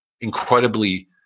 incredibly